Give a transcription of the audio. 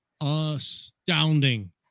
astounding